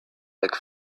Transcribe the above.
like